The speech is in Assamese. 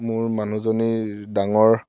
মোৰ মানুহজনীৰ ডাঙৰ